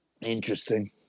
Interesting